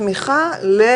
בנוגע